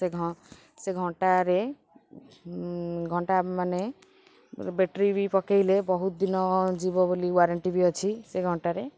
ସେ ସେ ଘଣ୍ଟାରେ ଘଣ୍ଟା ମାନେ ବ୍ୟାଟେରୀ ବି ପକାଇଲେ ବହୁତ ଦିନ ଯିବ ବୋଲି ୱାରେଣ୍ଟି ବି ଅଛି ସେ ଘଣ୍ଟାରେ